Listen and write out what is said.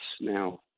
now